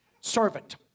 servant